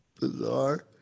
bizarre